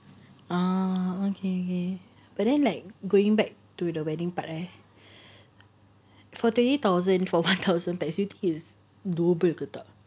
ah okay okay but then like going back to the wedding part eh for twenty thousand for one thousand person do you think is double ke tak